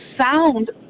sound